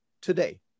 today